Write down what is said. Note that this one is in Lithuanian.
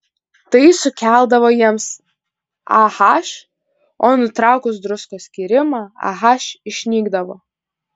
tai sukeldavo jiems ah o nutraukus druskos skyrimą ah išnykdavo